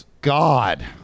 god